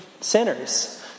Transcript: sinners